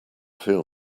feel